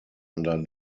under